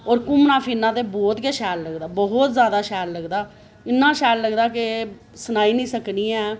ओर घूमना फिरना बहुत गै शैल लगदा बहुत जैदा शैल लगदा केह् सनाई नी सकनी ऐ